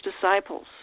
disciples